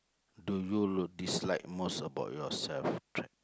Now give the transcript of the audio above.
do you l~ dislike most about yourself